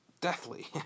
deathly